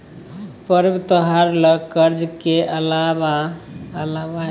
पर्व त्योहार ल कर्ज के अलग कोनो स्कीम आबै इ की आ इ लोन ल गारंटी सेहो दिए परतै?